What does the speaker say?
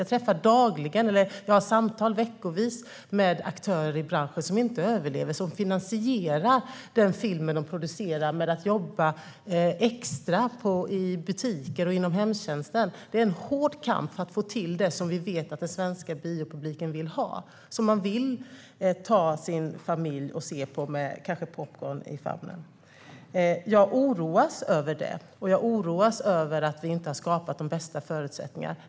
Jag har samtal veckovis med aktörer i branschen som inte överlever i den och som finansierar den film de producerar genom att jobba extra i butiker och inom hemtjänsten. Det är en hård kamp för att få till det som vi vet att den svenska biopubliken vill ha och som man vill ta sin familj med att se på med kanske popcorn i famnen. Jag oroas över det, och jag oroas över att vi inte har skapat de bästa förutsättningarna.